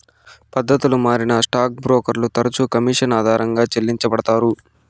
పద్దతులు మారినా స్టాక్ బ్రోకర్లు తరచుగా కమిషన్ ఆధారంగా చెల్లించబడతారు